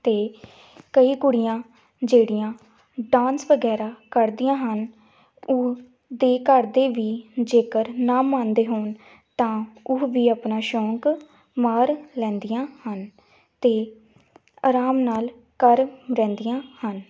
ਅਤੇ ਕਈ ਕੁੜੀਆਂ ਜਿਹੜੀਆਂ ਡਾਂਸ ਵਗੈਰਾ ਕਰਦੀਆਂ ਹਨ ਉਹ ਦੇ ਘਰ ਦੇ ਵੀ ਜੇਕਰ ਨਾ ਮੰਨਦੇ ਹੋਣ ਤਾਂ ਉਹ ਵੀ ਆਪਣਾ ਸ਼ੌਂਕ ਮਾਰ ਲੈਂਦੀਆਂ ਹਨ ਅਤੇ ਆਰਾਮ ਨਾਲ ਘਰ ਰਹਿੰਦੀਆਂ ਹਨ